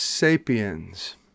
sapiens